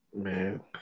Man